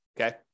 okay